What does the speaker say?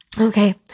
okay